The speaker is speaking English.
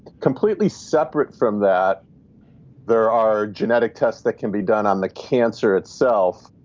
completely separate from that there are genetic tests that can be done on the cancer itself,